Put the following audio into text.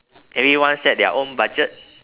everyone set their own budget